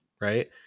right